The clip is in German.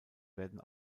werden